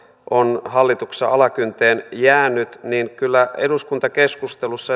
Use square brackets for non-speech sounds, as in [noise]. on hallituksessa alakynteen jäänyt niin kyllä eduskuntakeskustelussa [unintelligible]